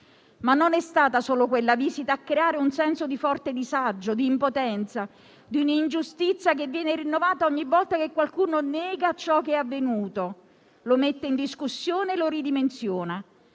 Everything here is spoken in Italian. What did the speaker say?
Ma non è stata solo quella visita a creare un senso di forte disagio, di impotenza, di un'ingiustizia che viene rinnovata ogni volta che qualcuno nega ciò che è avvenuto, lo mette in discussione e lo ridimensiona.